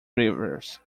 rivers